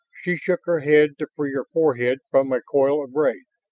she shook her head to free her forehead from a coil of braid,